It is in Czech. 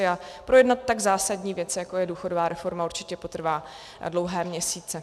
A projednat tak zásadní věc, jako je důchodová reforma, určitě potrvá dlouhé měsíce.